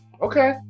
Okay